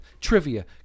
trivia